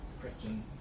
Christian